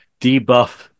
debuff